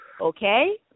Okay